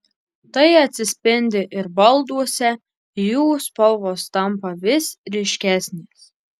tai atsispindi ir balduose jų spalvos tampa vis ryškesnės